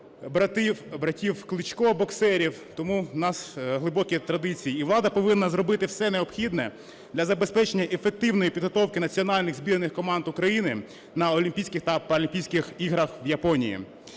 братів Кличко - боксерів. Тому в нас глибокі традиції, і влада повинна зробити все необхідне для забезпечення ефективної підготовки Національних збірних команд України на Олімпійських та Паралімпійських іграх в Японії.